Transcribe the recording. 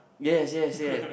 yes yes yes